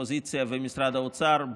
האופוזיציה ומשרד האוצר,